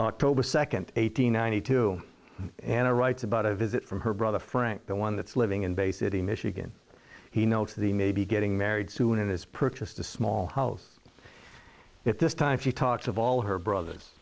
october second eight hundred ninety two and i write about a visit from her brother frank the one that's living in bay city michigan he notes the may be getting married soon and has purchased a small house at this time she talked of all her brothers